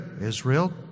Israel